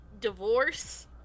Divorce